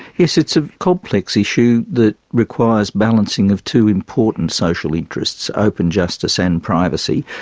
yes, it's a complex issue that requires balancing of two important social interests open justice and privacy.